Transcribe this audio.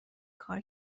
کار